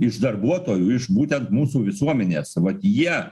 iš darbuotojų iš būtent mūsų visuomenės vat jie